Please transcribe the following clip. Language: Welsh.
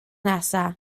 nesaf